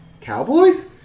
Cowboys